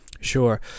Sure